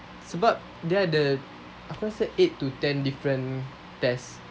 sebab dia ada aku rasa eight to ten different tests